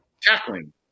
tackling